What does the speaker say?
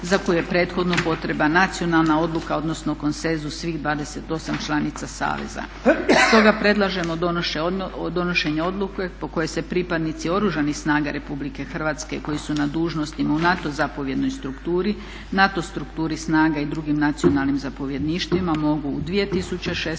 za koju je prethodno potreban nacionalna odluka, odnosno konsenzus svih 28 članica Saveza. Stoga predlažemo donošenje odluke po kojoj se pripadnici Oružanih snaga Republike Hrvatske koji su na dužnostima u NATO zapovjednoj strukturi, NATO strukturi snaga i drugim nacionalnim zapovjedništvima mogu u 2016.